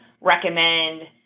recommend